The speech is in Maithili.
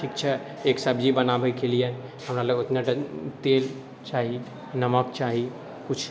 ठीक छै एक सब्जी बनाबैके लिए हमरा लग ओतना तेल चाही नमक चाही किछु